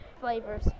flavors